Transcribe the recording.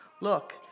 Look